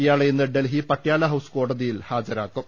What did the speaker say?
ഇയാളെ ഇന്ന് ഡൽഹി പട്യാല ഹൌസ് കോടതിയിൽ ഹാജരാക്കിയേക്കും